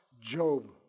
Job